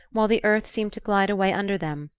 while the earth seemed to glide away under them,